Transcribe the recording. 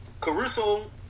Caruso